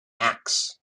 axe